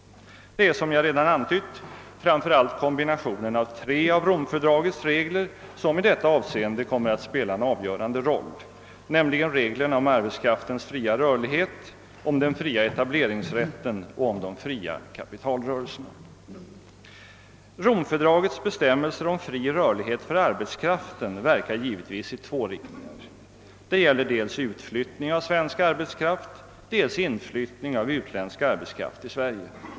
Det är — som jag redan antytt — framför allt kombinationen av tre av Romfördragets regler som i detta avseende kommer att spela en avgörande roll, nämligen reglerna om arbetskraftens fria rörlighet, om den fria etableringsrätten och om de fria kapitalrörelserna. Romfördragets bestämmelser om fri rörlighet för arbetskraften verkar givetvis i två riktningar. Det gäller dels utflyttning av svensk arbetskraft, dels inflyttning av utländsk arbetskraft till Sverige.